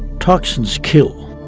toxins kill,